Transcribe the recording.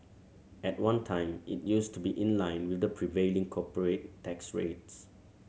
at one time it used to be in line with the prevailing corporate tax rates